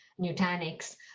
Nutanix